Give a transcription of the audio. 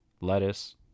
lettuce